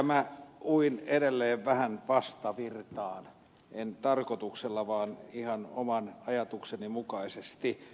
minä uin edelleen vähän vastavirtaan en tarkoituksella vaan ihan oman ajatukseni mukaisesti